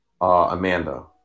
Amanda